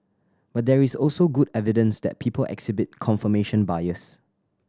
but there is also good evidence that people exhibit confirmation bias